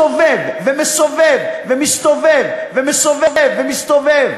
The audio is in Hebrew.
ומסתובב, ומסובב ומסתובב, ומסובב ומסתובב,